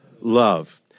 Love